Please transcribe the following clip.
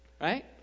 right